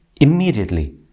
immediately